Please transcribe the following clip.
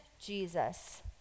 Jesus